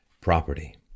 property